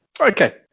Okay